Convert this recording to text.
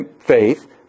faith